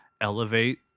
elevate